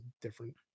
different